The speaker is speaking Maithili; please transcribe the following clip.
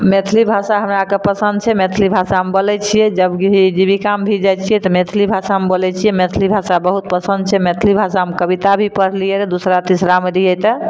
मैथिली भाषा हमरा आरके पसन्द छै मैथिली भाषा हम बोलैत छियै जब भी जीविकामे भी जाइत छियै तऽ मैथिली भाषामे बोलैत छियै मैथिली भाषा बहुत पसन्द छै मैथली भाषामे कविता भी पढ़लियै रऽ दुसरा तीसरामे रहियै तऽ